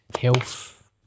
health